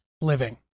living